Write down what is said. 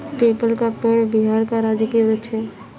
people का पेड़ बिहार का राजकीय वृक्ष है